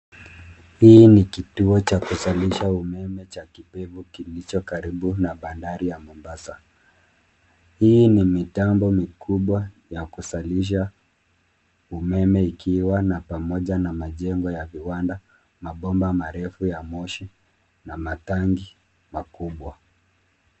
Hii ni kituo cha kuzalisha umeme cha kipevu kilicho karibu na bandari ya Mombasa. Hii ni mitambo mikubwa ya kuzalisha umeme ikiwa na pamoja na majengo ya viwanda, mabomba marefu ya moshi na matangi makubwa.